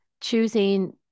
choosing